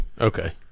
Okay